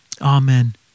Amen